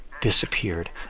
disappeared